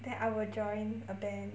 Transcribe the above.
then I will join a band